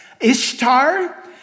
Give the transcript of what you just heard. Ishtar